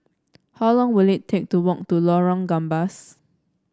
how long will it take to walk to Lorong Gambas